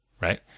Right